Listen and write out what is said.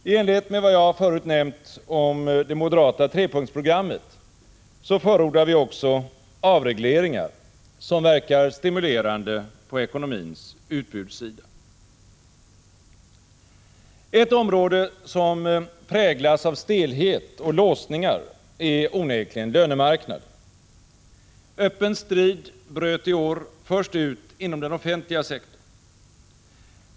I enlighet med vad jag förut nämnt om det moderata trepunktsprogrammet förordar vi också avregleringar, som verkar stimulerande på ekonomins utbudssida. Ett område som präglas av stelhet och låsningar är onekligen lönemarknaden. Öppen strid bröt i år först ut inom den offentliga sektorn.